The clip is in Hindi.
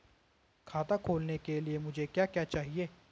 खाता खोलने के लिए मुझे क्या क्या चाहिए?